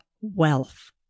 wealth